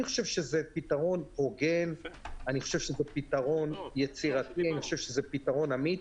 אני חושב שזה פתרון הוגן, פתרון יצירתי ואמיץ,